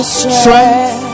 strength